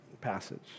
passage